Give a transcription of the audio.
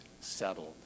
settled